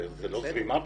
זאת לא זרימה בכלל.